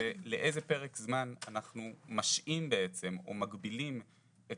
לאיזה פרק זמן אנחנו משהים או מגבילים את